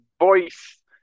Voice